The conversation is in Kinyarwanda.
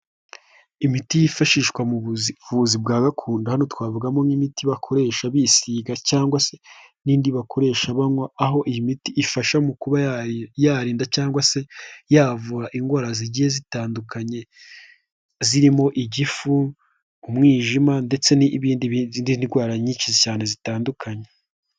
Imiti yifashishwa mu buvuzi bwa gakondo hano twavugamo nk'imiti bakoresha bisiga cyangwa se n'indi bakoresha banywa, aho iyi miti ifasha mu kuba yarinda cyangwa se yavura indwara zigiye zitandukanye, zirimo igifu, umwijima ndetse n'izindi ndwara nyinshi cyane zitandukanye.